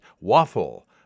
Waffle